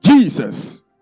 Jesus